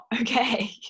okay